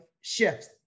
shifts